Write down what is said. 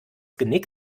genick